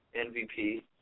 MVP